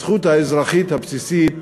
הזכות האזרחית הבסיסית